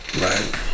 Right